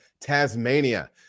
Tasmania